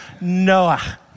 Noah